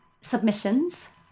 submissions